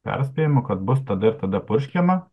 perspėjimu kad bus tada ir tada purškiama